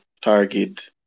target